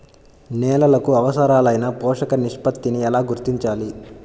నేలలకు అవసరాలైన పోషక నిష్పత్తిని ఎలా గుర్తించాలి?